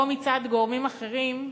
או מצד גורמים אחרים,